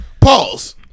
Pause